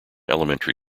elementary